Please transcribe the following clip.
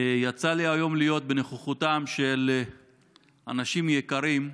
יצא לי היום להיות בנוכחותם של אנשים יקרים,